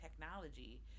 technology